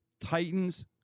Titans